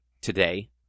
today